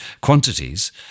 quantities